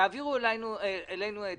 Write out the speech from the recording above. תעבירו אלינו העתק.